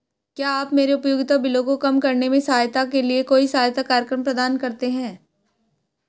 क्या आप मेरे उपयोगिता बिल को कम करने में सहायता के लिए कोई सहायता कार्यक्रम प्रदान करते हैं?